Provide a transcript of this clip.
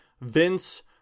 Vince